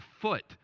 foot